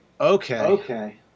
okay